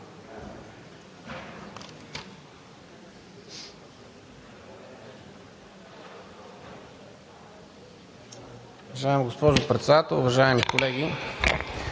Уважаема госпожо Председател, уважаеми колеги!